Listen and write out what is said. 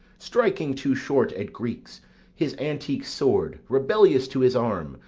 striking too short at greeks his antique sword, rebellious to his arm,